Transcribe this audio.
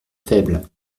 faibles